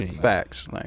Facts